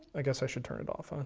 i guess i should turn it off, huh.